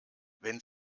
wenn